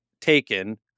taken